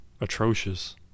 atrocious